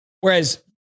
Whereas